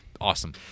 Awesome